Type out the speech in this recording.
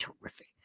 terrific